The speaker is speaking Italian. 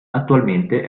attualmente